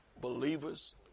believers